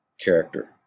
character